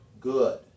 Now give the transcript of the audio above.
good